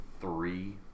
three